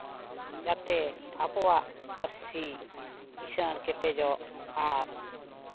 ᱡᱟᱛᱮ ᱟᱵᱚᱣᱟᱜ ᱯᱟᱹᱨᱥᱤ ᱠᱤᱥᱟᱹᱬ ᱠᱮᱴᱮᱡᱚᱜ ᱟᱨ